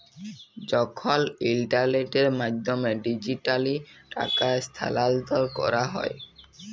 যখল ইলটারলেটের মাধ্যমে ডিজিটালি টাকা স্থালাল্তর ক্যরা হ্যয়